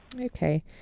Okay